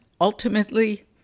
ultimately